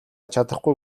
чадахгүй